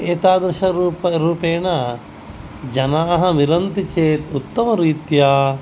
एतादृशरूप रूपेण जनाः मिलन्ति चेत् उत्तमरीत्या